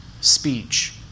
speech